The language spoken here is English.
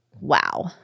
wow